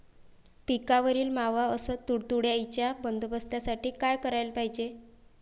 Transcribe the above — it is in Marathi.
पिकावरील मावा अस तुडतुड्याइच्या बंदोबस्तासाठी का कराच पायजे?